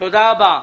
תודה רבה.